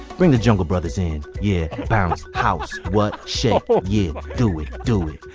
bring the jungle brothers in. yeah, bounce, house, what? shake, ah yeah, do it. do it.